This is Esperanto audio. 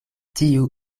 tiu